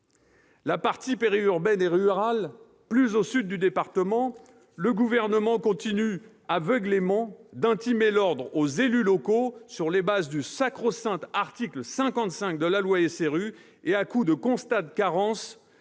la partie périurbaine et rurale, plus au sud du département, le Gouvernement continue aveuglément d'intimer l'ordre aux élus locaux, sur les bases du sacro-saint article 55 de la loi SRU et à coups de constat de carence,